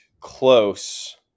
close